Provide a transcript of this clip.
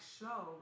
show